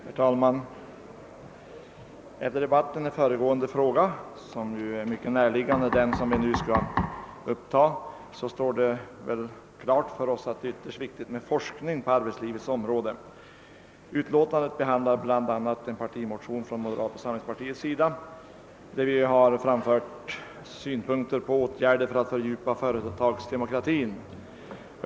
Herr talman! Efter debatten om den föregående frågan, som är mycket näraliggande den som vi nu skall behandla, står det klart för oss alla att det är ytterst viktigt med forskning på arbetslivets område. Det föreliggande utlåtandet behandlar bl.a. en partimotion från moderata samlingspartiet. Vi har där framfört synpunkter på åtgärder för att fördjupa företagsdemokratin.